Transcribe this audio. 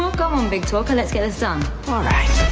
go go on, big talker, let's get this done. all right.